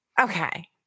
Okay